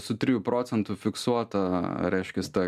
su trijų procentų fiksuota reiškias ta